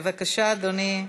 בבקשה, אדוני.